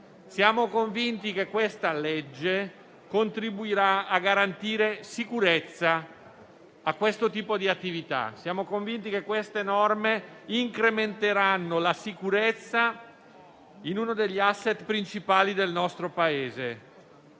Siamo convinti che questa legge contribuirà a garantire sicurezza a questo tipo di attività. Siamo convinti che queste norme incrementeranno la sicurezza in uno degli *asset* principali del Paese.